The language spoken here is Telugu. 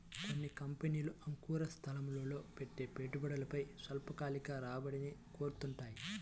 కొన్ని కంపెనీలు అంకుర సంస్థల్లో పెట్టే పెట్టుబడిపై స్వల్పకాలిక రాబడిని కోరుకుంటాయి